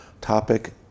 topic